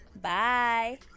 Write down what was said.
Bye